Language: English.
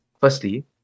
Firstly